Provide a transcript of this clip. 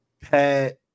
Pat